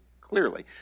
clearly